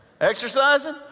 exercising